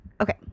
okay